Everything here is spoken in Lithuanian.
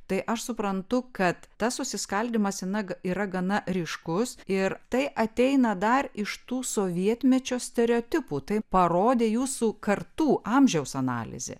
tai aš suprantu kad tas susiskaldymas į nag yra gana ryškus ir tai ateina dar iš tų sovietmečio stereotipų tai parodė jūsų kartų amžiaus analizė